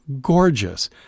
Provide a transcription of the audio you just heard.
gorgeous